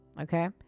okay